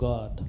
God